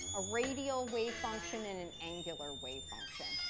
a radial wave function and an angular wave function.